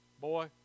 boy